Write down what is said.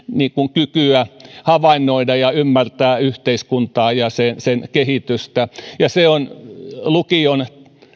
kykyä havainnoida ja ymmärtää yhteiskuntaa ja sen sen kehitystä ja se on lukion